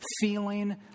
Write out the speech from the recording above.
feeling